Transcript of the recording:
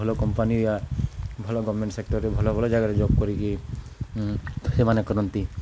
ଭଲ କମ୍ପାନୀ ଭଲ ଗଭର୍ଣ୍ଣମେଣ୍ଟ ସେକ୍ଟର୍ରେ ଭଲ ଭଲ ଜାଗାରେ ଜବ୍ କରିକି ସେମାନେ କରନ୍ତି